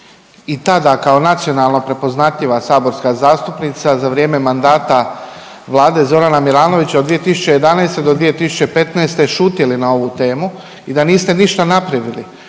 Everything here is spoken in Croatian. i tada kao nacionalno prepoznatljiva saborska zastupnica za vrijeme mandata vlade Zorana Milanovića od 2011. do 2015. šutjeli na ovu temu i da niste ništa napravili.